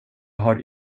har